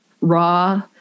raw